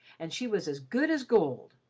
and she was as good as gold,